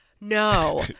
no